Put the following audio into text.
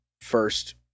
first